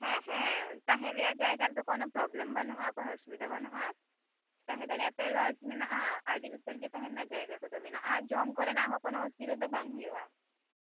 ᱦᱮᱸ ᱦᱮᱸ ᱛᱟᱦᱮᱱ ᱨᱮᱭᱟᱜ ᱡᱟᱭᱜᱟ ᱫᱚ ᱠᱳᱱᱳ ᱯᱨᱳᱵᱞᱮᱢ ᱵᱟᱹᱱᱩᱜᱼᱟ ᱠᱳᱱᱳ ᱚᱥᱩᱵᱤᱫᱷᱟ ᱵᱟᱹᱱᱩᱜᱼᱟ ᱛᱟᱦᱮᱸ ᱫᱟᱲᱮᱭᱟᱯᱮ ᱞᱚᱡᱽ ᱢᱮᱱᱟᱜᱼᱟ ᱟᱹᱰᱤ ᱩᱥᱟᱹᱨᱜᱮ ᱛᱟᱦᱮᱱ ᱨᱮᱱᱟᱜ ᱡᱟᱭᱜᱟ ᱠᱚᱫᱚ ᱢᱮᱱᱟᱜᱼᱟ ᱟᱨ ᱡᱚᱢ ᱠᱚᱨᱮᱱᱟᱜ ᱦᱚᱸ ᱠᱳᱱᱳ ᱚᱥᱩᱵᱤᱫᱷᱟ ᱫᱚ ᱵᱟᱝ ᱦᱩᱭᱩᱜᱼᱟ